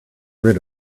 rid